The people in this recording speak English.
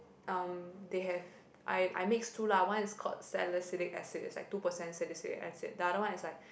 um they have I I mix two lah one is called salicylic acid it's like two percent salicylic acid the other one is like